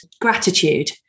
gratitude